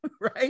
right